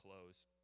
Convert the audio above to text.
close